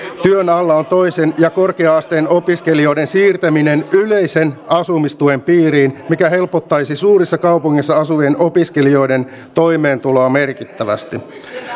työn alla on toisen ja korkea asteen opiskelijoiden siirtäminen yleisen asumistuen piiriin mikä helpottaisi suurissa kaupungeissa asuvien opiskelijoiden toimeentuloa merkittävästi